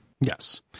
Yes